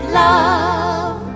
love